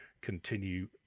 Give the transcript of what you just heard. continue